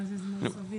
מה זה זמן סביר?